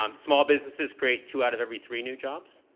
um small businesses create two out of every three new jobs.